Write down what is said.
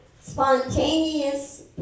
spontaneous